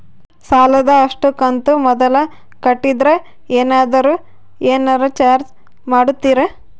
ಸಾಲದ ಅಷ್ಟು ಕಂತು ಮೊದಲ ಕಟ್ಟಿದ್ರ ಏನಾದರೂ ಏನರ ಚಾರ್ಜ್ ಮಾಡುತ್ತೇರಿ?